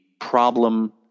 problem